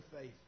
faith